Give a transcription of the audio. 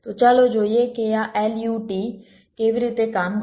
તો ચાલો જોઈએ કે આ LUT કેવી રીતે કામ કરે છે